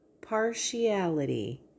partiality